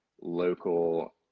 local